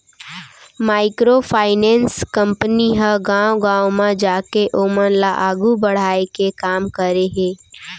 micro finance company ह गाँव गाँव म जाके ओमन ल आघू बड़हाय के काम करे हे